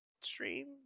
stream